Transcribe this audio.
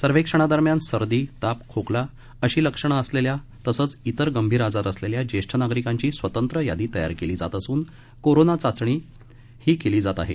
सर्वेक्षणादरम्यान सर्दी ताप खोकला अशी लक्षणे असलेल्या तसंच अन्य गंभीर आजार असलेल्या ज्येष्ठ नागरिकांची स्वतंत्र यादी तयार केली जात असून कोरोना चाचणी जात आहे